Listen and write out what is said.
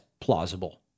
plausible